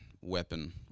weapon